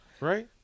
Right